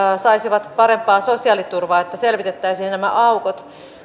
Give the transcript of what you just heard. saisivat parempaa sosiaaliturvaa että selvitettäisiin nämä aukot